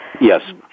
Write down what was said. Yes